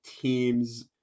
team's